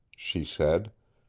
she said.